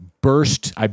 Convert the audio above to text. burst